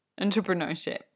Entrepreneurship